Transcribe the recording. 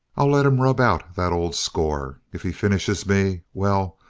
i'll let him rub out that old score. if he finishes me well,